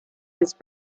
his